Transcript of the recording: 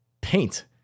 paint